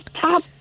top